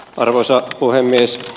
arvoisa puhemies